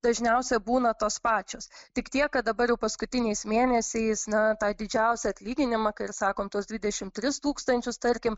dažniausiai būna tos pačios tik tiek kad dabar jau paskutiniais mėnesiais na tą didžiausią atlyginimą ką ir sakom tuos dvidešimt tris tūkstančius tarkim